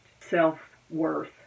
Self-worth